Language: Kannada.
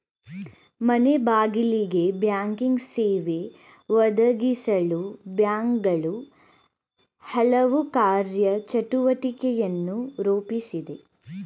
ಮನೆಬಾಗಿಲಿಗೆ ಬ್ಯಾಂಕಿಂಗ್ ಸೇವೆ ಒದಗಿಸಲು ಬ್ಯಾಂಕ್ಗಳು ಹಲವು ಕಾರ್ಯ ಚಟುವಟಿಕೆಯನ್ನು ರೂಪಿಸಿವೆ